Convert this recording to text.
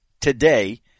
today